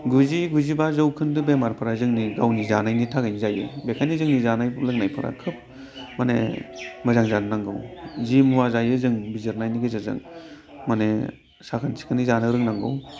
गुजि गुजिबा जौखोन्दो बेमारफोरा जोंनि गावनि जानायनि थाखायनो जायो बेनिखायनो जोंनि जानाय लोंनायफोरा खोब माने मोजां जानो नांगौ जि मुवा जायो जों बिजिरनायनि गेजेरजों माने साखोन सिखोनै जानो रोंनांगौ